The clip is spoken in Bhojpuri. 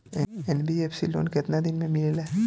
एन.बी.एफ.सी लोन केतना दिन मे मिलेला?